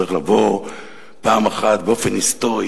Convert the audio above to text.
צריך לבוא פעם אחת באופן היסטורי,